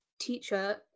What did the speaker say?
teacher